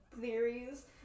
theories